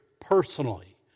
personally